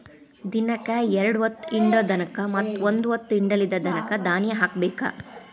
ದಿನಕ್ಕ ಎರ್ಡ್ ಹೊತ್ತ ಹಿಂಡು ದನಕ್ಕ ಮತ್ತ ಒಂದ ಹೊತ್ತ ಹಿಂಡಲಿದ ದನಕ್ಕ ದಾನಿ ಹಾಕಬೇಕ